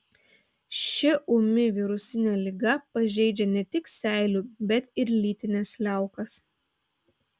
ši ūmi virusinė liga pažeidžia ne tik seilių bet ir lytines liaukas